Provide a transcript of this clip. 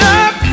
up